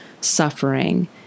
suffering